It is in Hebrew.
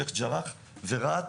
שייח ג'ראח ורהט,